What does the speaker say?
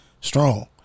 strong